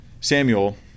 Samuel